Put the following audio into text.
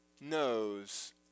knows